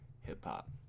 hip-hop